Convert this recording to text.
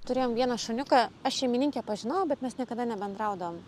turėjom vieną šuniuką aš šeimininkę pažinojau bet mes niekada nebendraudavom